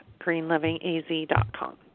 greenlivingaz.com